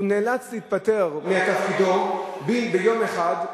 נאלץ להתפטר מתפקידו ביום אחד,